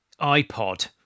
iPod